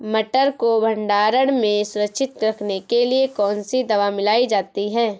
मटर को भंडारण में सुरक्षित रखने के लिए कौन सी दवा मिलाई जाती है?